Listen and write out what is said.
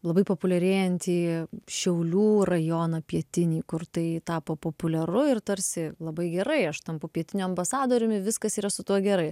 labai populiarėjantį šiaulių rajoną pietinį kur tai tapo populiaru ir tarsi labai gerai aš tampu pietinio ambasadoriumi viskas yra su tuo gerai